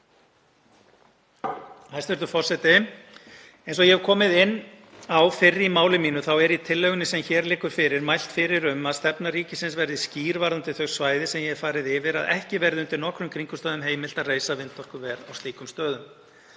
Hæstv. forseti Eins og ég hef komið inn á fyrr í máli mínu þá er í tillögunni sem hér liggur fyrir mælt fyrir um að stefna ríkisins verði skýr varðandi þau svæði sem ég hef farið yfir að ekki verði undir nokkrum kringumstæðum heimilt að reisa vindorkuver á slíkum stöðum.